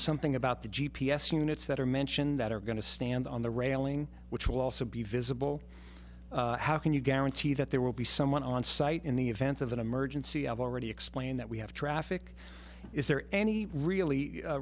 something about the g p s units that are mentioned that are going to stand on the railing which will also be visible how can you guarantee that there will be someone on site in the events of an emergency i've already explained that we have traffic is there any really